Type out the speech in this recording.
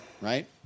Right